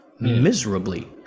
miserably